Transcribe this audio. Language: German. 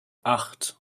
acht